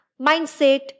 mindset